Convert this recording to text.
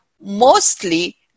mostly